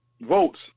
Votes